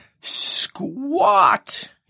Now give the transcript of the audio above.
squat